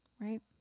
Right